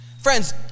Friends